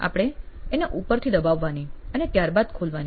આપણે એને ઉપરથી દબાવવાની અને ત્યાર બાદ ખોલાવાની